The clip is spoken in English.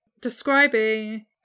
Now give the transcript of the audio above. describing